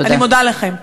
אני מודה לכם.